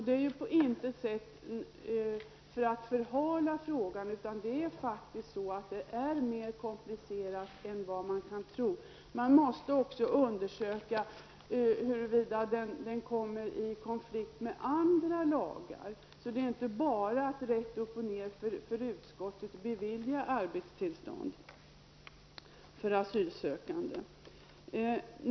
Det är på intet sätt för att förhala frågan, utan det är för att frågan är mer komplicerad än man kan tro. Man måste också undersöka huruvida detta förslag kommer i konflikt med andra lagar. Det är inte bara för utskottet att rätt upp och ned bevilja arbetstillstånd för asylsökande.